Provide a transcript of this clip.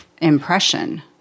impression